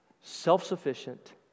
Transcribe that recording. self-sufficient